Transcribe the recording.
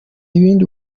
ibindi